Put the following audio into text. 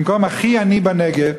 במקום הכי עני בנגב,